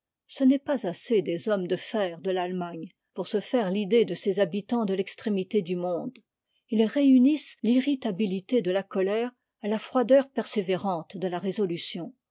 ce n'est pas assez des hommes de fer de l'allemagne pour se faire l'idée de ces habitants de l'extrémité du monde ils réunissent i'irritabifité de la colère à la froideur persévérante de la résolution